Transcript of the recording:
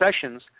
sessions